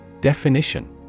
Definition